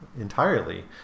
entirely